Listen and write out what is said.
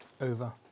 over